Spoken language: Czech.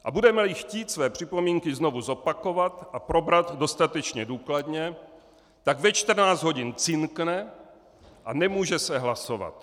A budemeli chtít své připomínky znovu zopakovat a probrat dostatečně důkladně, tak ve 14.00 hodin cinkne a nemůže se hlasovat.